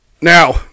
Now